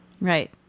Right